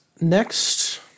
Next